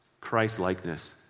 Christ-likeness